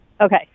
Okay